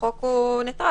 החוק הוא ניטרלי,